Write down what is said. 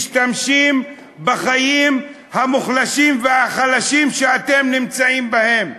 משתמשים בחיים המוחלשים והחלשים שאתם נמצאים בהם.